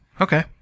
Okay